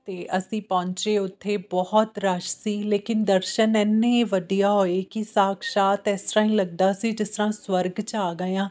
ਅਤੇ ਅਸੀਂ ਪਹੁੰਚੇ ਉੱਥੇ ਬਹੁਤ ਰਸ਼ ਸੀ ਲੇਕਿਨ ਦਰਸ਼ਨ ਇੰਨੇ ਵਧੀਆ ਹੋਏ ਕਿ ਸਾਕਸ਼ਾਤ ਇਸ ਤਰ੍ਹਾਂ ਹੀ ਲੱਗਦਾ ਸੀ ਜਿਸ ਤਰ੍ਹਾਂ ਸਵਰਗ 'ਚ ਆ ਗਏ ਹਾਂ